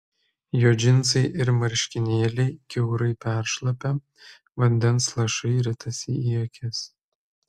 jo džinsai ir marškinėliai kiaurai peršlapę vandens lašai ritasi į akis